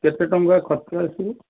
କେତେ ଟଙ୍କା ଖର୍ଚ୍ଚ ଆସିବ